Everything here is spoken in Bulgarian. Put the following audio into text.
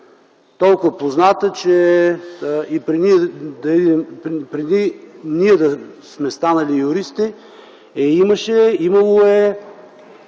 Толкова позната, че и преди ние да сме станали юристи я е имало и